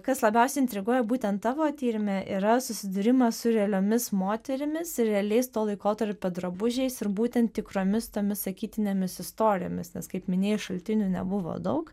kas labiausiai intriguoja būtent tavo tyrime yra susidūrimas su realiomis moterimis ir realiais to laikotarpio drabužiais ir būtent tikromis tomis sakytinėmis istorijomis nes kaip minėjai šaltinių nebuvo daug